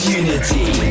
unity